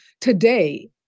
today